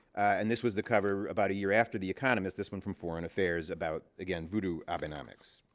and this was the cover about a year after the economist, this one from foreign affairs about, again, voodoo abenomics.